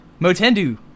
Motendu